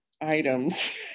items